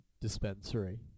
dispensary